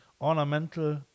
Ornamental